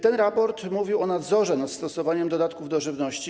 Ten raport mówił o nadzorze nad stosowaniem dodatków do żywności.